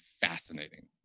fascinating